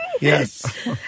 Yes